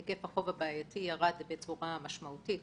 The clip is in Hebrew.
היקף החוב הבעייתי ירד בצורה משמעותיות,